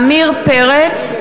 (קוראת בשמות חברי הכנסת) עמיר פרץ,